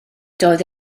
doedd